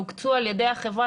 והוקצו על ידי החברה,